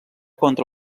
contra